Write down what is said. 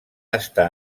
estar